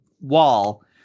wall